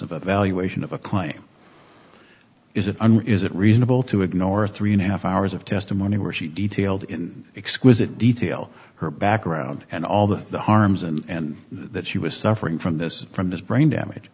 evaluation of a claim is it is it reasonable to ignore three and a half hours of testimony where she detailed in exquisite detail her background and all the harms and that she was suffering from this from this brain damage